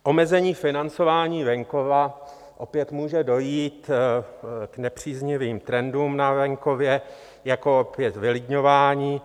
Omezením financování venkova opět může dojít k nepříznivým trendům na venkově, jako opět vylidňování.